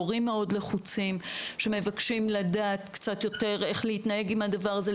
הורים מאוד לחוצים שמבקשים לדעת קצת יותר איך להתנהג עם הדבר הזה.